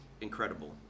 incredible